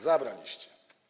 Zabraliście.